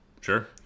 Sure